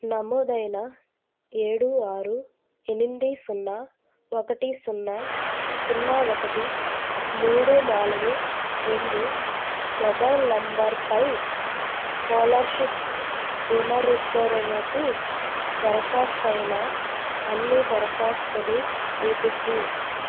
నమోదైన ఏడు ఆరు ఎనిమిది సున్నా ఒకటి సున్నా సున్నా ఒకటి మూడు నాలుగు రెండు మొబైల్ నెంబర్పై స్కాలర్షిప్ పునరుద్దరణకు దరఖాస్తు అయిన అన్ని దరఖాస్తులు వెతుకు